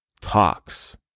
talks